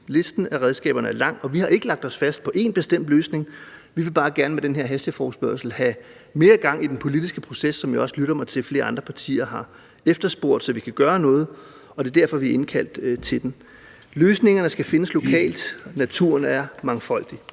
Listen af redskaber er lang, og vi har ikke lagt os fast på en bestemt løsning. Vi vil bare gerne med den her hasteforespørgsel have sat mere gang i den politiske proces, som jeg også lytter mig til at flere andre partier har efterspurgt, så vi kan gøre noget. Det er derfor vi har indkaldt til den. Løsningerne skal findes lokalt. Naturen er mangfoldig.